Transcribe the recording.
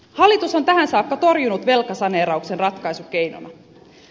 hallitus on tähän saakka torjunut velkasaneerauksen ratkaisukeinona